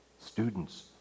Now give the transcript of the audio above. Students